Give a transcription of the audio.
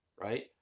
right